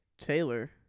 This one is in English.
Taylor